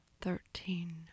thirteen